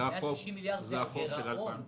הגירעון.